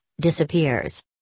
disappears